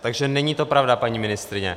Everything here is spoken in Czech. Takže to není pravda, paní ministryně.